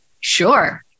Sure